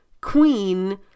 queen